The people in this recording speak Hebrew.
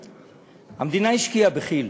המדינה השקיעה בכי"ל,